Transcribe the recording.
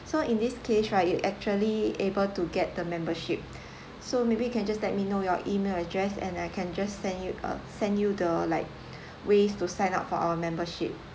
so in this case right you actually able to get the membership so maybe you can just let me know your email address and I can just send you uh send you the like ways to sign up for our membership